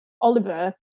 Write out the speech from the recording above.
Oliver